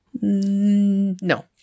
No